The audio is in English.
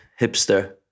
hipster